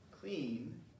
clean